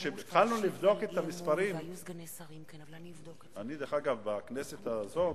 כשהתחלנו לבדוק את המספרים, אגב, בכנסת הזאת,